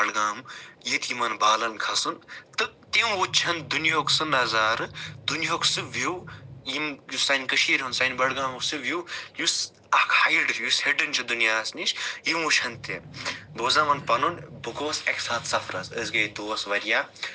بَڈگام ییٚتہِ یِمَن بالَن کھَسُن تہٕ تِم وٕچھَن دُنیُہُک سُہ نَظارٕ دُنیُہُک سُہ وِو یم یُس سانہ کٔشیٖرِ ہُنٛد سانہ بَڈگامیُک سُہ وِو یُس اکھ ہایڈ یُس ہِڈٕن چھُ دُنیَہَس نِش یم وٕچھَن تہِ بہٕ زن ونہ پَنُنبہٕ گوس اَکہِ ساتہٕ سَفرَس أسۍ گٔے دوس واریاہ